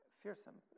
fearsome